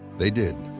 they did.